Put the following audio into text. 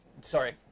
Sorry